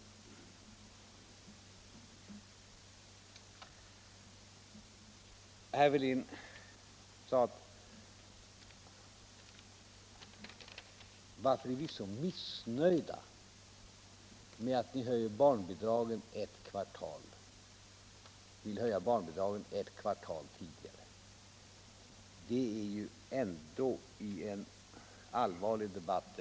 Herr Fälldin frågade varför vi är så missnöjda med att man vill höja barnbidragen ett kvartal tidigare. Detta är ändå ett ganska dåligt partikansliargument i en allvarlig debatt.